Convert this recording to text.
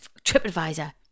TripAdvisor